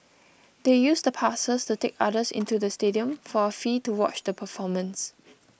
they used the passes to take others into the stadium for a fee to watch the performance